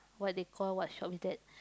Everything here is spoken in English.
what they call what shop is that